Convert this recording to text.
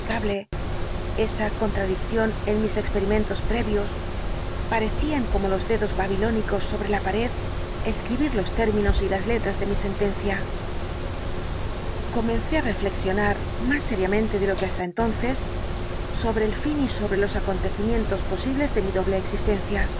esa contradicción en mis experimentos previos parecían como los dedos babilónicos sobre la pared jescribir los términos y las letras de mi sentencia comencé á reflexionar más seriamente de lo que hasta entonces sobre el fin y sobre los acontecimientos posibles de mi explicación completa del caso doble existencia